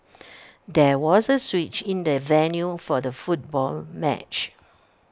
there was A switch in the venue for the football match